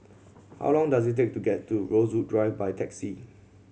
how long does it take to get to Rosewood Drive by taxi